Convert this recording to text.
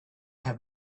have